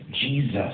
Jesus